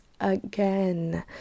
again